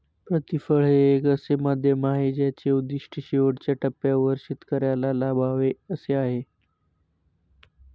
प्रतिफळ हे एक असे माध्यम आहे ज्याचे उद्दिष्ट शेवटच्या टप्प्यावर शेतकऱ्याला लाभावे असे आहे